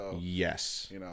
Yes